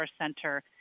Center